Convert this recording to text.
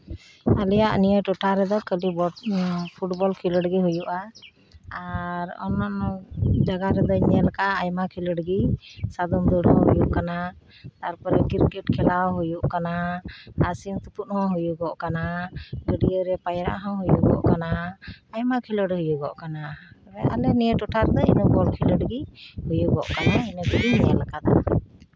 ᱟᱞᱮᱭᱟᱜ ᱱᱤᱭᱟᱹ ᱴᱚᱴᱷᱟ ᱨᱮᱫᱚ ᱠᱷᱟᱹᱞᱤ ᱯᱷᱩᱴᱵᱚᱞ ᱠᱷᱮᱞᱳᱰ ᱜᱮ ᱦᱩᱭᱩᱜᱼᱟ ᱟᱨ ᱚᱱᱱᱟᱱᱚ ᱡᱟᱭᱜᱟ ᱨᱮᱫᱚᱧ ᱧᱮᱞ ᱠᱟᱜ ᱟᱭᱢᱟ ᱠᱷᱮᱞᱳᱰ ᱜᱮ ᱥᱟᱫᱚᱢ ᱫᱳᱲ ᱦᱚᱸ ᱦᱩᱭᱩᱜ ᱠᱟᱱᱟ ᱛᱟᱨᱯᱚᱨᱮ ᱠᱨᱤᱠᱮᱹᱴ ᱠᱷᱮᱞᱟ ᱦᱚᱸ ᱦᱩᱭᱩᱜ ᱠᱟᱱᱟ ᱟᱨ ᱥᱤᱢ ᱛᱩᱯᱩᱜ ᱦᱚᱸ ᱦᱩᱭᱩᱜᱚᱜ ᱠᱟᱱᱟ ᱜᱟᱹᱰᱭᱟᱹ ᱨᱮ ᱯᱟᱭᱨᱟᱜ ᱦᱚᱸ ᱦᱩᱭᱩᱜᱚᱜ ᱠᱟᱱᱟ ᱟᱭᱢᱟ ᱠᱷᱮᱞᱳᱰ ᱦᱩᱭᱩᱜᱚᱜ ᱠᱟᱱᱟ ᱟᱞᱮ ᱱᱤᱭᱟᱹ ᱴᱚᱴᱷᱟ ᱨᱮᱫᱚ ᱵᱚᱞ ᱠᱷᱮᱞᱳᱰ ᱜᱮ ᱦᱩᱭᱩᱜᱚᱜ ᱠᱟᱱᱟ ᱤᱱᱟᱹ ᱠᱚᱜᱮᱧ ᱧᱮᱞ ᱠᱟᱫᱟ